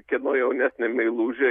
kieno jaunesnė meilužė